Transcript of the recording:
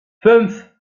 fünf